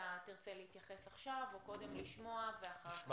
תרצה להתייחס עכשיו או קודם לשמוע ואחר כך להתייחס?